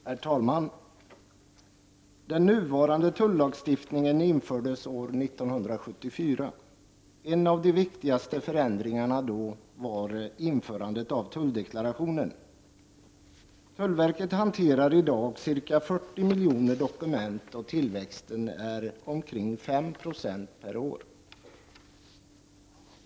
Herr talman! Den nuvarande tullagstiftningen infördes år 1974. En av de viktigaste förändringarna då var införandet av tulldeklarationen. Tullverket hanterar i dag ca 40 miljoner dokument, och tillväxten är omkring 5 90 per år.